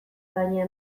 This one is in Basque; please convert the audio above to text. baina